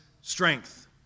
strength